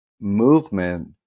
movement